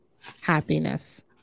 happiness